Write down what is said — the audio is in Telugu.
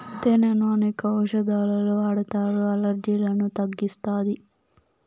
తేనెను అనేక ఔషదాలలో వాడతారు, అలర్జీలను తగ్గిస్తాది